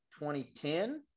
2010